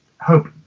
Hope